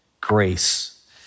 grace